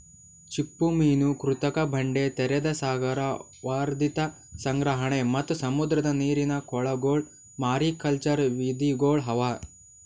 ಚಿಪ್ಪುಮೀನು, ಕೃತಕ ಬಂಡೆ, ತೆರೆದ ಸಾಗರ, ವರ್ಧಿತ ಸಂಗ್ರಹಣೆ ಮತ್ತ್ ಸಮುದ್ರದ ನೀರಿನ ಕೊಳಗೊಳ್ ಮಾರಿಕಲ್ಚರ್ ವಿಧಿಗೊಳ್ ಅವಾ